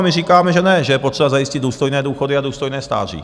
My říkáme, že ne, že je potřeba zajistit důstojné důchody a důstojné stáří.